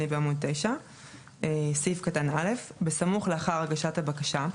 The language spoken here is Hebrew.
אני בעמוד 9. (א)בסמוך לאחר הגשת הבקשה,